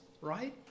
right